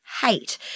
hate